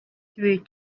through